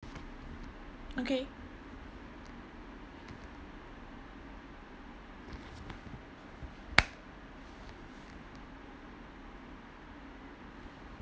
okay